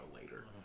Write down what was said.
later